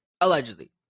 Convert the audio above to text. allegedly